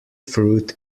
fruit